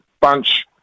bunch